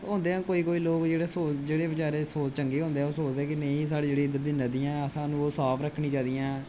होंदे आं कोई कोई लोक जेह्ड़े बचैरे चंगे होंदे आं कि सोचदे आं जेह्ड़ियां इधर दियां नदियां ऐं ओह् साफ रक्खनियां चाह्दियां